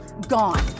gone